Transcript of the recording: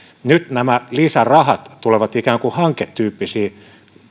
nyt nämä lisärahat tulevat ikään kuin hanketyyppisiin